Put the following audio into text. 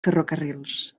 ferrocarrils